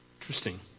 interesting